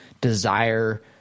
desire